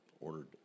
ordered